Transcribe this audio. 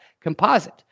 composite